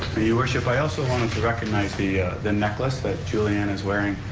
your worship, i also wanted to recognize the the necklace that julianne is wearing,